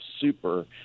super